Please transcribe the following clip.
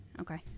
Okay